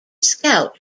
scout